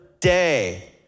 day